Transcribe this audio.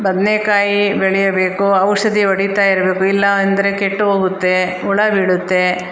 ಬದನೆಕಾಯಿ ಬೆಳೆಯಬೇಕು ಔಷಧಿ ಹೊಡಿತಾ ಇರಬೇಕು ಇಲ್ಲ ಅಂದರೆ ಕೆಟ್ಟು ಹೋಗುತ್ತೆ ಹುಳ ಬೀಳುತ್ತೆ